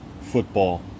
football